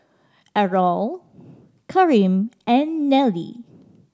Errol Kareem and Nellie